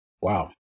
Wow